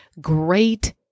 great